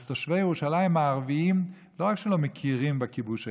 תושבי ירושלים הערבים לא רק שלא מכירים בכיבוש הישראלי,